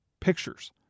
pictures